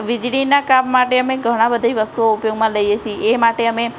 વીજળીના કાપ માટે અમે ઘણા બધી વસ્તુઓ ઉપયોગમાં લઇએ છીએ એ માટે અમે